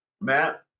Matt